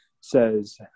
says